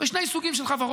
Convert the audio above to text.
בעיקר בשני סוגים של חברות: